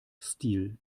stil